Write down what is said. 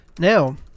Now